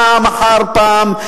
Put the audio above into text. פעם אחר פעם,